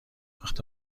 وقت